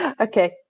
Okay